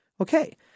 Okay